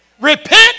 Repent